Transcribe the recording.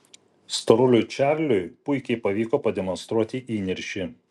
storuliui čarliui puikiai pavyko pademonstruoti įniršį